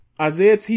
Isaiah